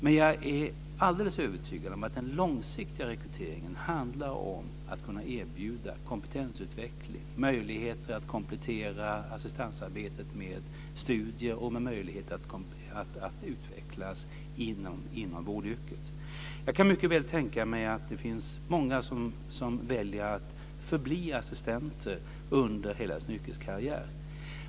Men jag är alldeles övertygad om att den långsiktiga rekryteringen handlar om att kunna erbjuda kompetensutveckling, möjligheter att komplettera assistansarbetet med studier och att utvecklas inom vårdyrket. Jag kan mycket väl tänka mig att det finns många som väljer att förbli assistenter under hela sin yrkeskarriär.